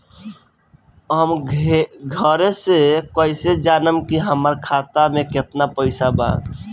हम घरे से कैसे जानम की हमरा खाता मे केतना पैसा बा?